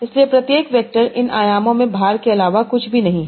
इसलिए प्रत्येक वेक्टर इन आयामों में भार के अलावा कुछ भी नहीं है